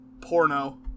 porno